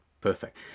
perfect